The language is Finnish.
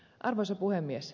arvoisa puhemies